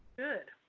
good